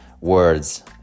words